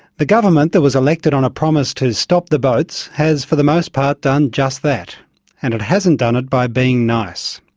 the government that was elected on a promise to stop the boats has, for the most part, done just that and it hasn't done it by being nice.